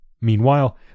Meanwhile